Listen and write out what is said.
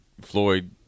Floyd